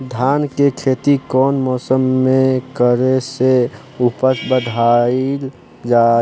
धान के खेती कौन मौसम में करे से उपज बढ़ाईल जाई?